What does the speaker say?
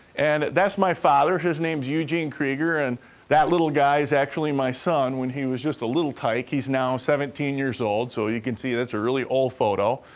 and that's my father, his name's eugene krieger, and that little guy is actually my son when he was just a little tyke. he's now seventeen years old, so you can see that's a really old photo.